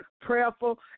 prayerful